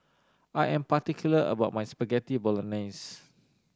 I am particular about my Spaghetti Bolognese